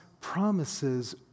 promises